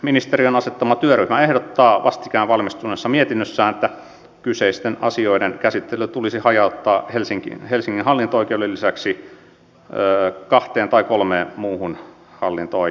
oikeusministeriön asettama työryhmä ehdottaa vastikään valmistuneessa mietinnössään että kyseisten asioiden käsittely tulisi hajauttaa helsingin hallinto oikeuden lisäksi kahteen tai kolmeen muuhun hallinto oikeuteen